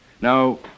Now